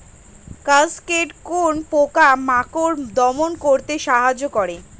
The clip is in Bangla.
কাসকেড কোন পোকা মাকড় দমন করতে সাহায্য করে?